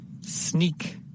Sneak